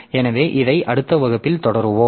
எனவே இதை அடுத்த வகுப்பில் தொடருவோம்